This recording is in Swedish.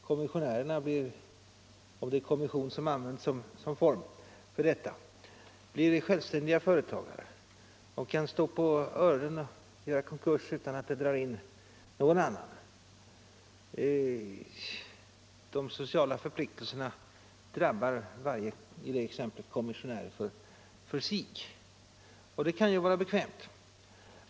Kommissionärerna blir — om det är kommission som används som form för detta —- självständiga företagare och kan stå på öronen och göra konkurs utan att dra in någon annan. De sociala förpliktelserna drabbar i det exemplet varje kommissionär för sig. Och det kan ju vara bekvämt.